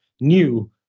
new